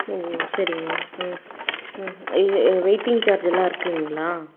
ஓஓ சரிங்க ம் ம் இது வெயிட்டிங் சார்ஜெல்லாம் இருக்குதுங்களா